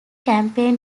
campaign